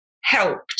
helped